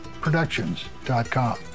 Productions.com